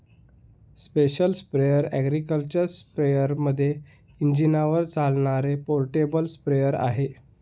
special sprayer agriculture स्पेअरमध्ये इंजिनावर चालणारे पोर्टेबल स्प्रेअर आहे